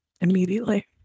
immediately